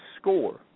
score